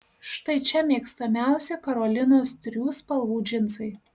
štai čia mėgstamiausi karolinos trijų spalvų džinsai